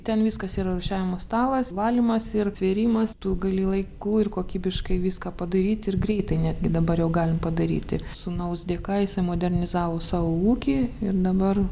ten viskas yra rūšiavimo stalas valymas ir atvėrimas tu gali laiku ir kokybiškai viską padaryti ir greitai netgi dabar jau galim padaryti sūnaus dėka jisai modernizavo savo ūkį ir dabar